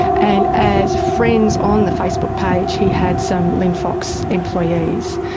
and as friends on the facebook page he had some linfox employees.